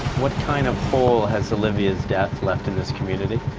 what kind of hole has olivia's death left in this community?